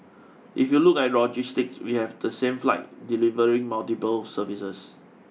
if you look at logistics we have the same fleet delivering multiple services